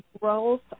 growth